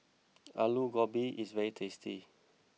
Aloo Gobi is very tasty